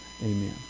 amen